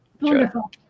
Wonderful